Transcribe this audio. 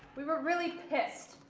we were really pissed,